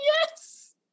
Yes